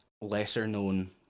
lesser-known